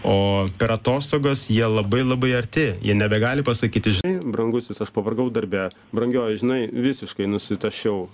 o per atostogas jie labai labai arti jie nebegali pasakyti brangusis aš pavargau darbe brangioji žinai visiškai nusitašiau